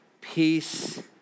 peace